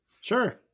sure